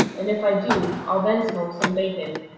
and if i do, i'll then smoke some bacon.